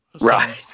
Right